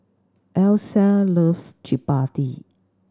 Alyssia loves Chappati